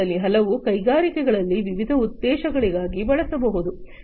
ಇವುಗಳಲ್ಲಿ ಹಲವು ಕೈಗಾರಿಕೆಗಳಲ್ಲಿ ವಿವಿಧ ಉದ್ದೇಶಗಳಿಗಾಗಿ ಬಳಸಬಹುದು